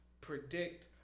predict